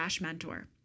Mentor